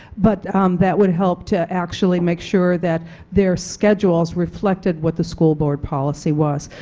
but that would help to actually make sure that their schedules reflected what the school board policy was.